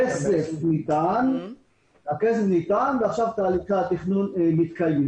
הכסף ניתן ועכשיו תהליכי התכנון מתקיימים.